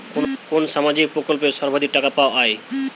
কোন সামাজিক প্রকল্পে সর্বাধিক টাকা পাওয়া য়ায়?